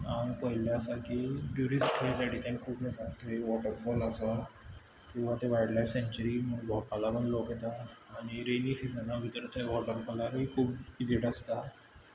हांवें पळयल्लें आसा की ट्युरिस्ट ते सायडीन खूब येता थंय वॉटरफोल आसा किंवां थंय वायल्ड लायफ सेंच्युरीय भोंवपा लागून लोक येता आनी रेनी सिजना भितर थंय वॉटरफोलारूय खूब विजीट आसता